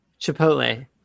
Chipotle